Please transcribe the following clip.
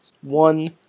one